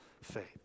faith